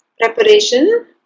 Preparation